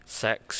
sex